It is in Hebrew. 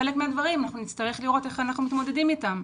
לגבי חלק מהדברים נצטרך לראות איך אנחנו מתמודדים איתם.